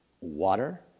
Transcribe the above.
water